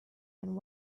and